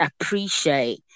appreciate